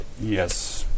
Yes